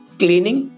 cleaning